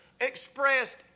expressed